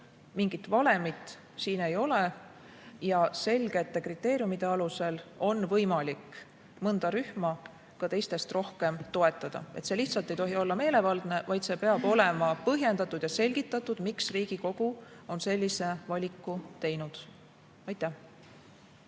mingit valemit siin ei ole. Ja selgete kriteeriumide alusel on võimalik mõnda rühma ka teistest rohkem toetada. See lihtsalt ei tohi olla meelevaldne, vaid peab olema põhjendatud ja selgitatud, miks Riigikogu on sellise valiku teinud. Aitäh!